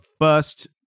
first